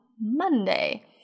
Monday